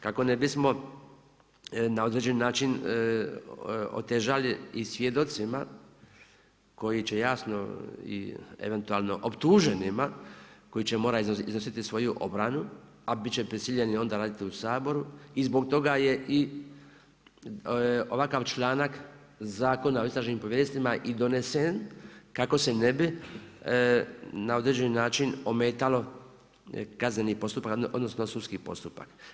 Kako ne bismo na određeni način otežali i svjedocima koji će jasno i eventualno optuženima koji će morati iznositi svoju obranu, a biti će prisiljeni onda raditi u Saboru i zbog toga je i ovakav članak o istražnim povjerenstvima i donesen kako se ne bi na određeni način ometalo kazneni postupak, odnosno, sudski postupak.